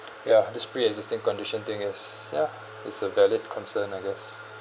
ya this pre-existing condition thing is ya is a valid concern I guess